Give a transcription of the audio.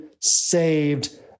saved